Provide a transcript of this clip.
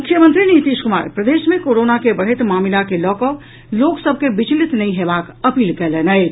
मुख्यमंत्री नीतीश कुमार प्रदेश मे कोरोना के बढ़ैत मामिला के लऽ कऽ लोक सभ के बिचलित नहि हेबाक अपील कयलनि अछि